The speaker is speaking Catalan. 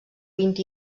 vint